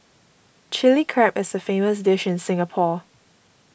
Chilli Crab is a famous dish in Singapore